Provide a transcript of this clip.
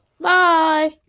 bye